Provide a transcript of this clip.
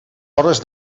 hores